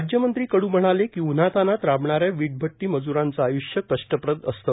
राज्यमंत्री कडू म्हणाले की उन्हा तान्हात राबणा या वीटभट्टी मज्रांचे आय्ष्य कष्टप्रद असते